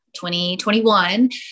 2021